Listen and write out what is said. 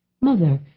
Mother